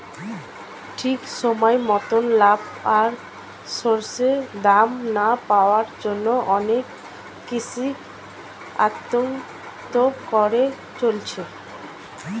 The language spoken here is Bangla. ঠিক সময় মতন লাভ আর শস্যের দাম না পাওয়ার জন্যে অনেক কূষক আত্মহত্যা করে চলেছে